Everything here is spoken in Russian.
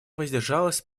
воздержалась